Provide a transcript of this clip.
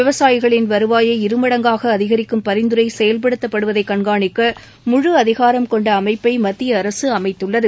விவசாயிகளின் வருவாயை இருமடங்காக அதிகரிக்கும் பரிந்துரை செயல்படுத்தப்படுவதை கண்காணிக்க முழு அதிகாரம் கொண்ட அமைப்பை மத்திய அரசு அமைத்துள்ளது